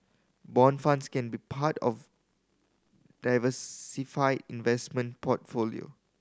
bond funds can be part of diversified investment portfolio